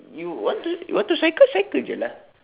you want to want to cycle cycle jer lah